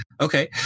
Okay